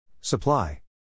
Supply